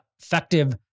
effective